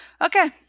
Okay